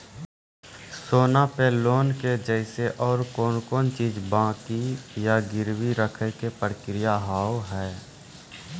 सोना पे लोन के जैसे और कौन कौन चीज बंकी या गिरवी रखे के प्रक्रिया हाव हाय?